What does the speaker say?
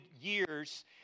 years